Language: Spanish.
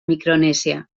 micronesia